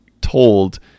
told